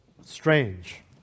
strange